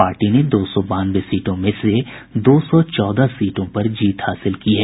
party ने दो सौ बानवे सीटों में से दो सौ चौदह सीटों पर जीत हासिल की है